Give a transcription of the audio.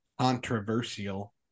controversial